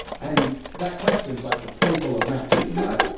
and that question's, like, the staple of math teaching, right?